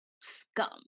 scum